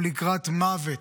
הוא לקראת מוות.